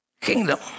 kingdom